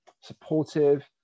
supportive